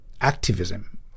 activism